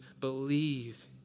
believe